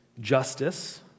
justice